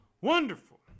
wonderful